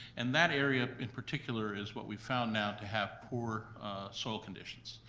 and that area in particular is what we've found now to have poor soil conditions.